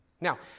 now